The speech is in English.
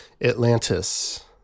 Atlantis